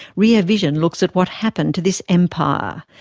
rear vision looks at what happened to this empire.